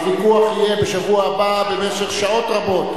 הוויכוח יהיה בשבוע הבא במשך שעות רבות.